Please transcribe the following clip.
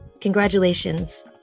Congratulations